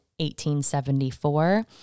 1874